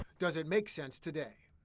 does it make sense today?